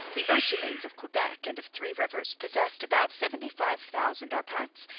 the ursulines of quebec and of three rivers possessed about seventy-five thousand arpents,